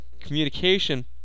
communication